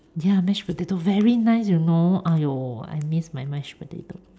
ya mash potato very nice you know !aiyo! I miss my mash potato